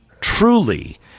truly